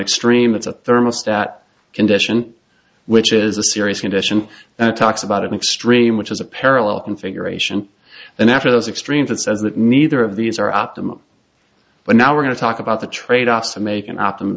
extreme it's a thermostat condition which is a serious condition that talks about an extreme which is a parallel configuration and after those extremes it says that neither of these are optimal but now we're going to talk about the tradeoffs to make an optimum